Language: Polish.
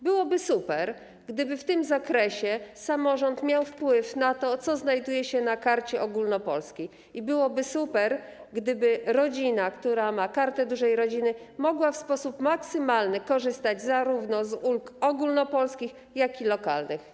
Byłoby super, gdyby w tym zakresie samorząd miał wpływ na to, co znajduje się w karcie ogólnopolskiej, i byłoby super, gdyby rodzina, która ma Kartę Dużej Rodziny, mogła w sposób maksymalny korzystać z ulg zarówno ogólnopolskich, jak i lokalnych.